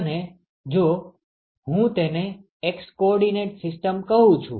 અને જો હું તેને X કોઓર્ડિનેટ સિસ્ટમ કહું છું